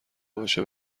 باشه